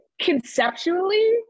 Conceptually